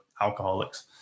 alcoholics